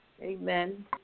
Amen